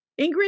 Ingrid